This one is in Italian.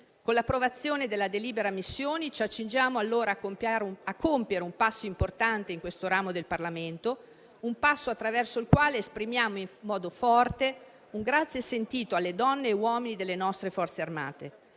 Con l'approvazione della delibera missioni ci accingiamo a compiere un passo importante, in questo ramo del Parlamento, attraverso il quale esprimiamo in modo forte un ringraziamento sentito alle donne e agli uomini delle nostre Forze armate,